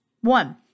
One